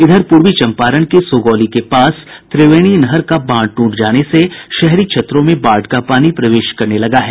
इधर पूर्वी चंपारण के सुगौली के पास त्रिवेणी नहर का बांध टूट जाने से शहरी क्षेत्रों में बाढ़ का पानी प्रवेश करने लगा है